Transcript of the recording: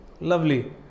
Lovely